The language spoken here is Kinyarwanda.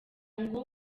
ngo